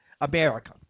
America